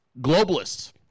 globalists